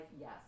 Yes